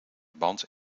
band